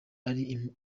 ari